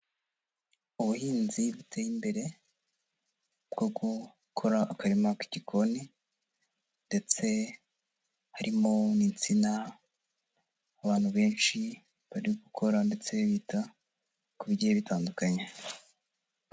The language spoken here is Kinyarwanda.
Ubuhinzi buteye imbere bwo gukora akarima k'igikoni, ndetse harimo n'insina, abantu benshi bari gukora ndetse bita ku bigiye bitandukanye.